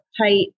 tight